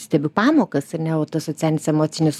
stebiu pamokas ar ne o tas socialinis emocinis